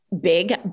big